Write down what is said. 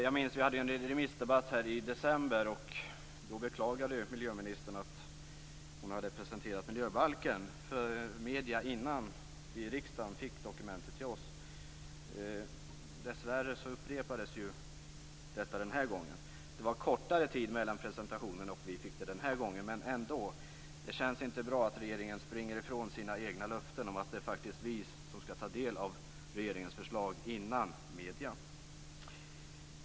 Jag minns att vi hade en remissdebatt här i december och att miljöministern då beklagade att hon hade presenterat miljöbalken för medierna innan vi i riksdagen fick dokumentet. Dessvärre upprepades detta denna gång. Det var kortare tid mellan presentationen och det tillfälle då vi fick ta del av propositionen denna gång, men det känns ändå inte bra att regeringen springer ifrån sina egna löften om att det faktiskt är vi som skall ta del av regeringens förslag innan medierna gör det.